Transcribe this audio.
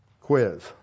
Quiz